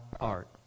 art